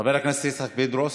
חבר הכנסת יצחק פינדרוס,